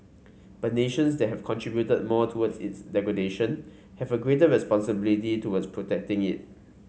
but nations that have contributed more towards its degradation have a greater responsibility towards protecting it